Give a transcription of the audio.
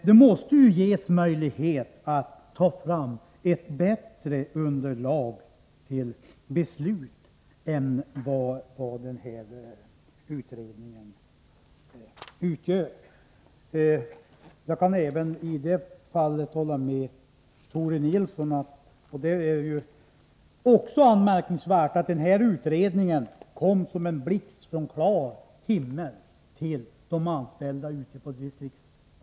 Det måste vara möjligt att ta fram ett bättre beslutsunderlag än utredningens. Även i detta avseende håller jag med Tore Nilsson. Vidare har utredningen av de anställda på distriktskontoren upplevts som en blixt från klar himmel.